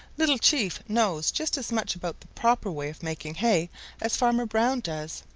little chief knows just as much about the proper way of making hay as farmer brown does.